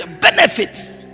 benefits